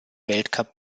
weltcup